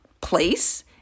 place